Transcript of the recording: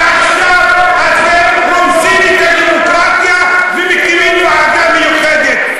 ועכשיו אתם רומסים את הדמוקרטיה ומקימים ועדה מיוחדת.